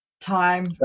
time